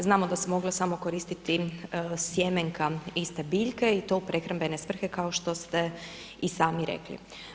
Znamo da se mogla samo koristiti sjemenka iste biljke i to u prehrambene svrhe, kao što ste i sami rekli.